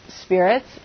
spirits